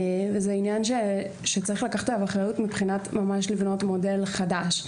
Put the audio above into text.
וזה עניין שצריך לקחת עליו אחריות מבחינת ממש לבנות מודל חדש.